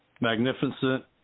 magnificent